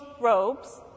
robes